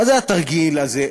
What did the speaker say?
מה זה התרגיל הזה,